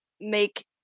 make